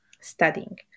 studying